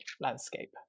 landscape